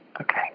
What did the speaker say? Okay